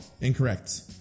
Incorrect